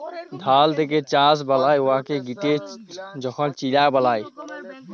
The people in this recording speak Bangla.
ধাল থ্যাকে চাল বালায় উয়াকে পিটে যখল চিড়া বালায়